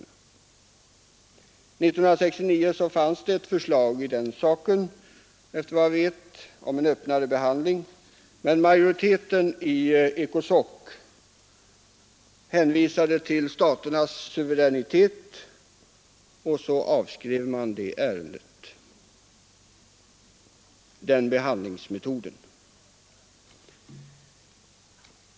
År 1969 förelåg ett förslag om en öppnare behandling, men majoriteten i ECOSOC hänvisade till staternas suveränitet, varpå man avskrev förslaget om denna behandlingsmetod.